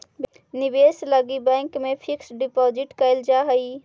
निवेश लगी बैंक में फिक्स डिपाजिट कैल जा हई